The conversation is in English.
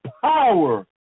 power